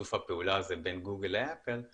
בשיתוף הפעולה הזה בין גוגל לאפל הוא